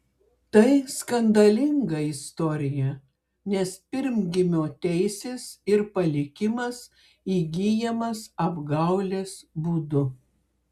tai skandalinga istorija nes pirmgimio teisės ir palikimas įgyjamas apgaulės būdu